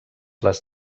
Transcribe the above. les